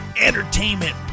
entertainment